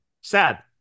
Sad